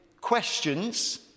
questions